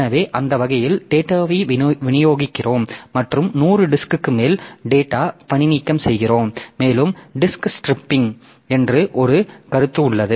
எனவே அந்த வகையில் டேட்டாவை விநியோகிக்கிறோம் மற்றும் 100 டிஸ்க்க்கு மேல் டேட்டா பணிநீக்கம் செய்கிறோம் மேலும் டிஸ்க் ஸ்ட்ரிப்பிங் என்று ஒரு கருத்து உள்ளது